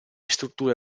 strutture